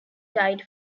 died